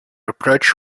approach